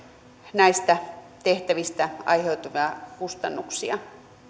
näistä tehtävistä aiheutuvia kustannuksia